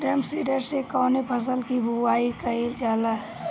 Drum seeder से कवने फसल कि बुआई कयील जाला?